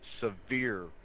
severe